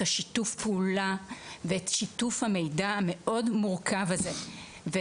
שיתוף הפעולה ואת שיתוף המידע המאוד מורכב הזה.